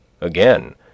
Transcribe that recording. Again